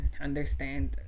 understand